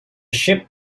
ship